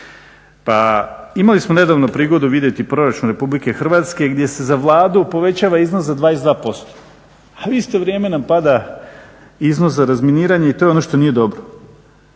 Pa imali smo nedavno prigodu vidjeti proračun Republike Hrvatske gdje se za Vladu povećava iznos za 22%, a u isto vrijeme nam pada iznos za razminiranje i to je ono što nije dobro.